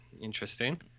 Interesting